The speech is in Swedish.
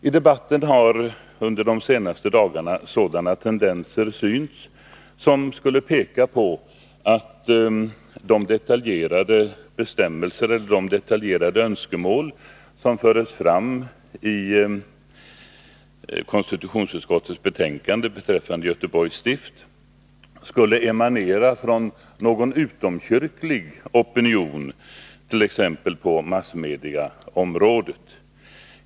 I debatten har under de senaste dagarna tendenser synts som skulle peka på att de detaljerade önskemål som förs fram i konstitutionsutskottets betänkande beträffande Göteborgs stift skulle emanera från någon utom kyrklig opinion, t.ex. på massmediaområdet.